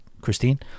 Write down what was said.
Christine